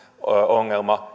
ongelma